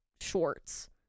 shorts